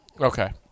Okay